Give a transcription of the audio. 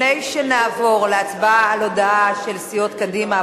לפני שנעבור להצבעה על הודעה של סיעות קדימה,